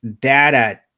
data